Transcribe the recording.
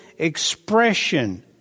expression